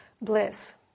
bliss